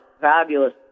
fabulous